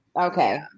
Okay